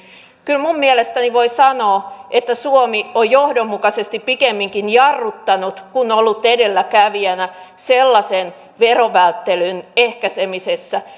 kyllä minun mielestäni voi sanoa että suomi on johdonmukaisesti pikemminkin jarruttanut kuin ollut edelläkävijänä sellaisen verovälttelyn ehkäisemisessä